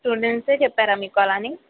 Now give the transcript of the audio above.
students ఏ చెప్పారా మీకు అలా అని